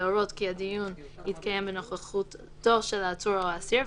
להורות כי הדיון יתקיים בנוכחותו של העצור או האסיר,